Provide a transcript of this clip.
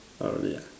ah really ah